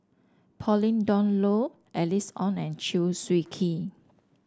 Pauline Dawn Loh Alice Ong and Chew Swee Kee